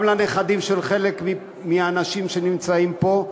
גם לנכדים של חלק מהאנשים שנמצאים פה,